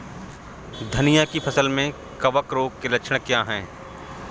धनिया की फसल में कवक रोग के लक्षण क्या है?